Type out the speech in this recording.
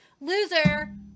Loser